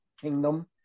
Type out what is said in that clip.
kingdom